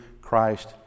Christ